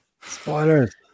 Spoilers